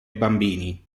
bambini